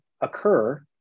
occur